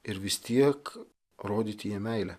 ir vis tiek rodyti jiem meilę